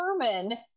determine